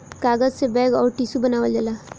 कागज से बैग अउर टिशू बनावल जाला